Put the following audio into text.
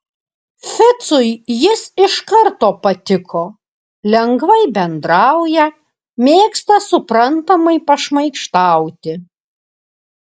ficui jis iš karto patiko lengvai bendrauja mėgsta suprantamai pašmaikštauti